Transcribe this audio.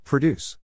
Produce